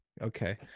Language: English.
Okay